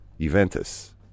Juventus